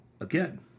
again